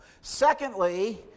Secondly